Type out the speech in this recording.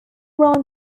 round